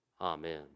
Amen